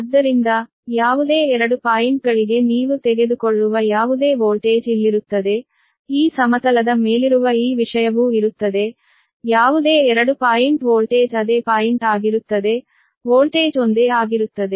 ಆದ್ದರಿಂದ ಯಾವುದೇ 2 ಪಾಯಿಂಟ್ಗಳಿಗೆ ನೀವು ತೆಗೆದುಕೊಳ್ಳುವ ಯಾವುದೇ ವೋಲ್ಟೇಜ್ ಇಲ್ಲಿರುತ್ತದೆ ಈ ಸಮತಲದ ಮೇಲಿರುವ ಈ ವಿಷಯವೂ ಇರುತ್ತದೆ ಯಾವುದೇ 2 ಪಾಯಿಂಟ್ ವೋಲ್ಟೇಜ್ ಅದೇ ಪಾಯಿಂಟ್ ಆಗಿರುತ್ತದೆ ವೋಲ್ಟೇಜ್ ಒಂದೇ ಆಗಿರುತ್ತದೆ